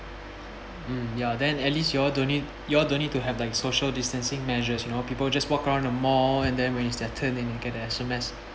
mm ya then at least you all don't need you all don't need to have like social distancing measures you know people just walk around the mall and then when it's their turn and you get the S_M_S